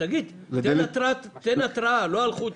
התפרצתם לדלת